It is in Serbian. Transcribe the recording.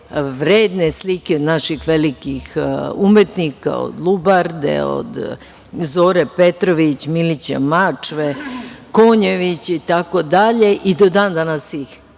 vredne slike naših velikih umetnika od Lubarde, od Zore Petrović, Milića Mačve, Konjevića itd. i do dan danas ih